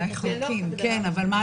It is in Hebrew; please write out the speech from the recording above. מה ההגדרה?